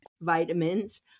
vitamins